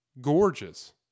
Gorgeous